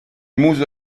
muso